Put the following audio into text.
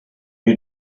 you